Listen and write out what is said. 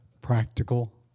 Practical